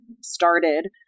started